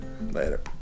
Later